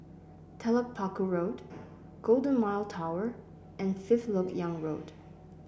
Telok Paku Road Golden Mile Tower and Fifth LoK Yang Road